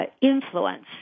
influence